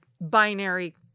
binary